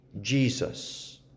Jesus